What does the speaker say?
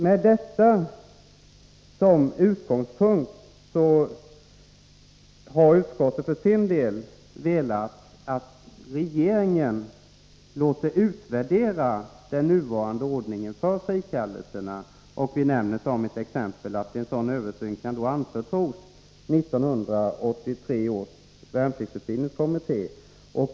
Med detta som utgångspunkt vill utskottet för sin del att regeringen låter utvärdera den nuvarande ordningen för frikallelser. Vi nämner t.ex. att en sådan översyn kan anförtros 1983 års värnpliktsutbildningskommitté.